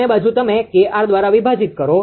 બંને બાજુ તમે KR દ્વારા વિભાજીત કરો